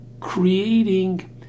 creating